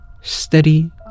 steady